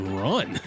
run